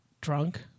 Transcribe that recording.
drunk